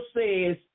says